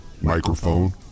microphone